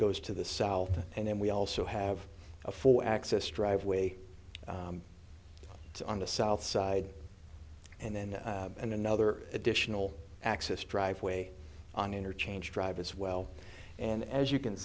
goes to the south and then we also have a four access drive way on the south side and then another additional access driveway on interchange drive as well and as you can